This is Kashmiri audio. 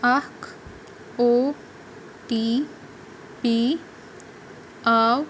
اکھ او ٹی پی آو